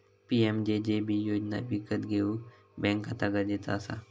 PMJJB योजना विकत घेऊक बॅन्क खाता गरजेचा असा